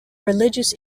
religious